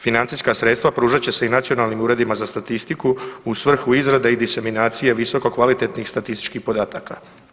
Financijska sredstva pružat će se i nacionalnim uredima za statistiku u svrhu izrada i disaminacija visokokvalitetnih statističkih podataka.